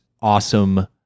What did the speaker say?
awesome